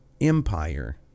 empire